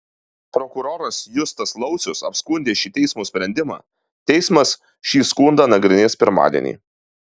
prokuroras justas laucius apskundė šį teismo sprendimą teismas šį skundą nagrinės pirmadienį